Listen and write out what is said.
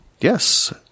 Yes